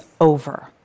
over